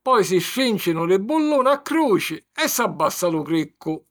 poi si strìncinu li bulluna a cruci e s'abbassa lu criccu.